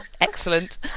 Excellent